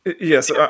Yes